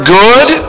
good